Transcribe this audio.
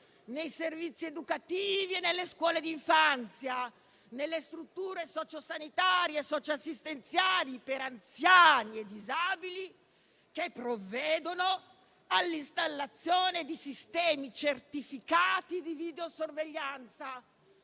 nei servizi educativi e nelle scuole di infanzia, nelle strutture sociosanitarie e socioassistenziali per anziani e disabili, che provvedono all'installazione di sistemi certificati di videosorveglianza,